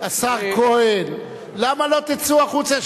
השר כהן, למה לא תצאו החוצה?